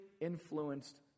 influenced